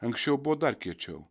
anksčiau buvo dar kiečiau